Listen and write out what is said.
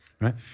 Right